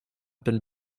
been